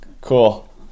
cool